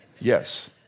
Yes